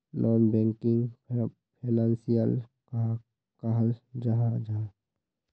Non banking financial कहाक कहाल जाहा जाहा?